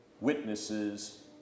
witnesses